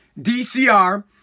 DCR